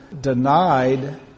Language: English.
denied